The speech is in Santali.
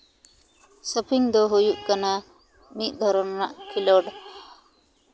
ᱥᱚᱯᱷᱤᱝ ᱫᱚ ᱦᱩᱭᱩᱜ ᱠᱟᱱᱟ ᱢᱤᱫ ᱫᱷᱚᱨᱚᱱ ᱨᱮᱱᱟᱜ ᱠᱷᱮᱞᱳᱰ